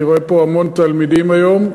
אני רואה פה המון תלמידים היום.